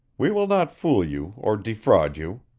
we will not fool you or defraud you.